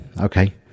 okay